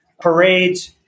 parades